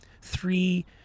three